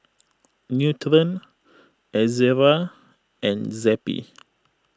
Nutren Ezerra and Zappy